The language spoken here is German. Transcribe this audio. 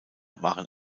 waren